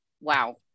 Wow